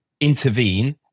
intervene